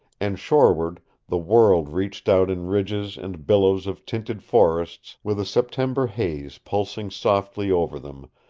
and shoreward the world reached out in ridges and billows of tinted forests, with a september haze pulsing softly over them,